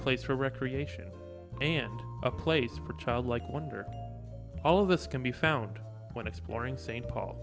place for recreation and a place for childlike wonder all of this can be found when exploring st paul